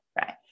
right